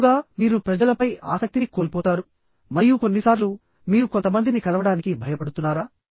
తరచుగా మీరు ప్రజలపై ఆసక్తిని కోల్పోతారు మరియు కొన్నిసార్లు మీరు కొంతమందిని కలవడానికి భయపడుతున్నారా